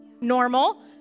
normal